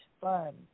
fun